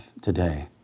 today